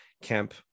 camp